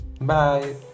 Bye